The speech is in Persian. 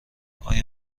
آیا